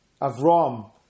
Avram